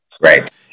Right